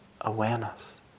awareness